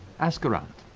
ask around.